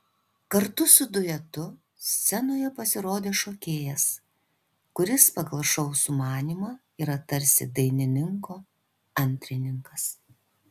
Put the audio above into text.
kartu su duetu scenoje pasirodė šokėjas kuris pagal šou sumanymą yra tarsi dainininko antrininkas